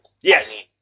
Yes